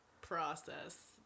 process